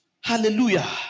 Hallelujah